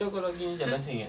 so kalau gini jalan senget